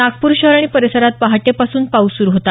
नागपूर शहर आणि परिसरात पहाटे पासून पाऊस सुरु होता